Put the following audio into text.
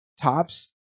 Tops